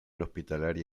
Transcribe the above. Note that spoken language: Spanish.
hospitalaria